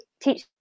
teach